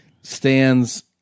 stands